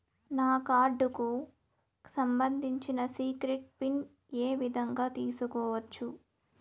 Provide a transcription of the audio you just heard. నా కార్డుకు సంబంధించిన సీక్రెట్ పిన్ ఏ విధంగా తీసుకోవచ్చు?